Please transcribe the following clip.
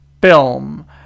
film